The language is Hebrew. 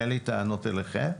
אין לי טענות אליכם,